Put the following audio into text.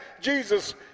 Jesus